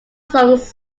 songs